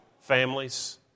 families